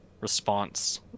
response